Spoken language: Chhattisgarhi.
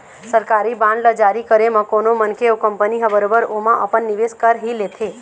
सरकारी बांड ल जारी करे म कोनो मनखे अउ कंपनी ह बरोबर ओमा अपन निवेस कर ही लेथे